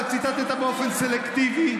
אתה ציטטת באופן סלקטיבי,